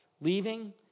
leaving